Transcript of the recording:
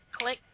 click